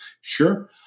sure